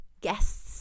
guests